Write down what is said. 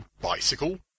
bicycle